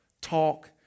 talk